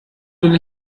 will